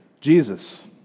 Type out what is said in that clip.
Jesus